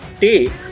take